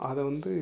அதை வந்து